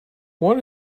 what